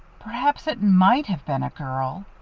perhaps it might have been a girl.